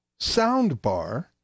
soundbar